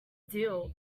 deal